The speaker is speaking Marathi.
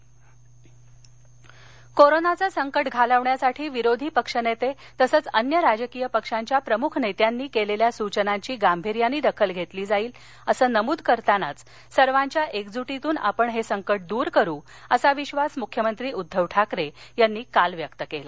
मुख्यमंत्री बैठक कोरोनाचं संकट घालवण्यासाठी विरोधी पक्ष नेते तसंच अन्य राजकीय पक्षांच्या प्रमुख नेत्यांनी केलेल्या सूचनांची गांभीर्यानं दखल घेतली जाईल असं नमूद करतानाच सर्वांच्या एकजुटीतून आपण हे संकट दूर करू असा विश्वास मुख्यमंत्री उद्धव ठाकरे यांनी काल व्यक्त केला